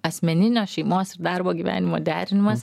asmeninio šeimos ir darbo gyvenimo derinimas